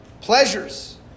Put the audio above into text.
Pleasures